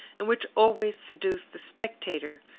and which always seduce the spectator,